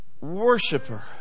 worshiper